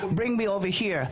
bring me over hear,